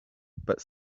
but